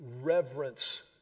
reverence